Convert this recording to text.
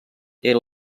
era